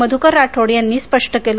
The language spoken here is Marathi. मधुकर राठोड यांनी स्पष्ट केल